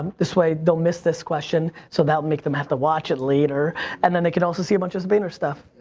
this way they'll miss this question so that will make them have to watch it later and then they can also see a bunch of vayner stuff.